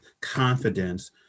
confidence